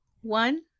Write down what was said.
one